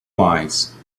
wise